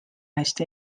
hästi